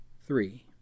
three